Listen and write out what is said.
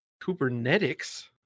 kubernetes